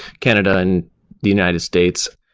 canada and the united states.